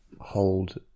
hold